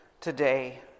today